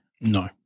No